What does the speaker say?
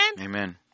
Amen